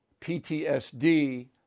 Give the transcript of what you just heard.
PTSD